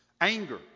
Anger